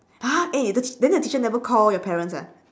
!huh! eh the t~ then the teacher never call your parents eh